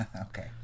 okay